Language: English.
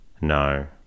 no